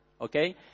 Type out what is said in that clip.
Okay